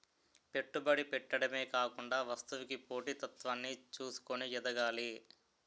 పెట్టుబడి పెట్టడమే కాకుండా వస్తువుకి పోటీ తత్వాన్ని చూసుకొని ఎదగాలి